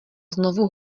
znovu